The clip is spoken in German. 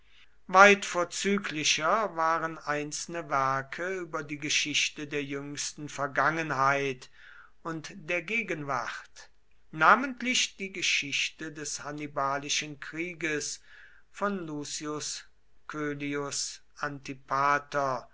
weit vorzüglicher waren einzelne werke über die geschichte der jüngsten vergangenheit und der gegenwart namentlich die geschichte des hannibalischen krieges von lucius coelius antipater